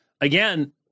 again